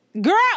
Girl